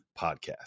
podcast